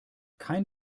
kein